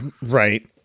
Right